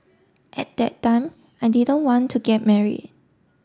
at that time I didn't want to get marry